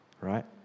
right